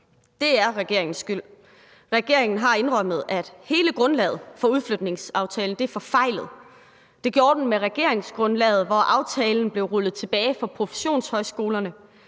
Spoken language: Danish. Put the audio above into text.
Det er regeringens skyld. Regeringen har indrømmet, at hele grundlaget for udflytningsaftalen er forfejlet. Det gjorde den med regeringsgrundlaget, hvor aftalen blev rullet tilbage for professionshøjskolerne.